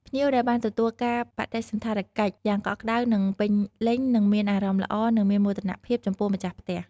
ភ្ញៀវដែលបានទទួលការបដិសណ្ឋារកិច្ចយ៉ាងកក់ក្តៅនិងពេញលេញនឹងមានអារម្មណ៍ល្អនិងមានមោទនភាពចំពោះម្ចាស់ផ្ទះ។